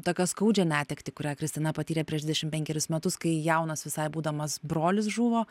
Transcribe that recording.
tokią skaudžią netektį kurią kristina patyrė prieš dvidešim penkerius metus kai jaunas visai būdamas brolis žuvo